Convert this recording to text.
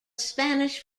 spanish